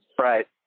Right